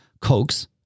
cokes